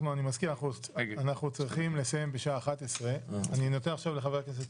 אני מזכיר אנחנו צריכים לסיים בשעה 11:00. אז אני אהיה קצר.